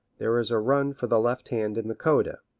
there is a run for the left hand in the coda.